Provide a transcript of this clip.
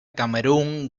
camerún